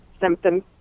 symptoms